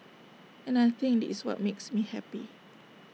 and I think this is what makes me happy